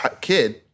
kid